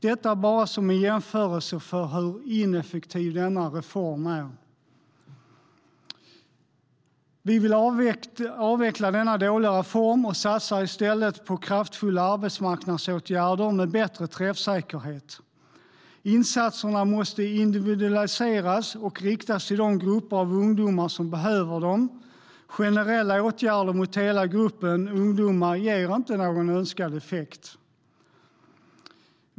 Detta är bara sagt som en jämförelse i fråga om hur ineffektiv denna reform är. Vi vill avveckla denna dåliga reform och satsar i stället på kraftfulla arbetsmarknadsåtgärder med bättre träffsäkerhet. Insatserna måste individualiseras och riktas till de grupper av ungdomar som behöver dem. Generella åtgärder mot hela gruppen ungdomar ger inte någon önskad effekt.